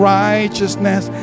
righteousness